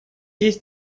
есть